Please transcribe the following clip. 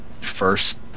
first